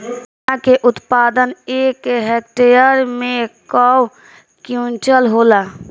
चना क उत्पादन एक हेक्टेयर में कव क्विंटल होला?